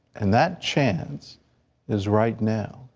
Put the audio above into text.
and that chance is right now.